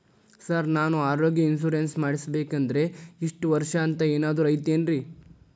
Sir ನಾನು ಆರೋಗ್ಯ insurance ಮಾಡಿಸ್ಬೇಕಂದ್ರೆ ಇಷ್ಟ ವರ್ಷ ಅಂಥ ಏನಾದ್ರು ಐತೇನ್ರೇ?